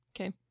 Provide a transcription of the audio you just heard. Okay